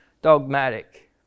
dogmatic